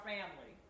Family